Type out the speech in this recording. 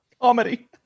Comedy